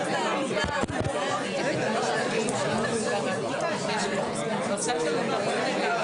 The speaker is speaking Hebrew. אני רוצה לסכם חברים ולהגיד לכם,